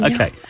Okay